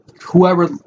whoever